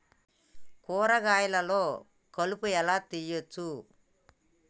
కూరగాయలలో కలుపు ఎలా తీయచ్చు?